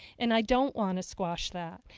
and i don't want to squash that.